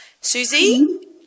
Susie